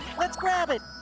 let's grab it!